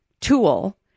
tool